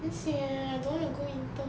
very sian I don't want to go intern